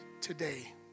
today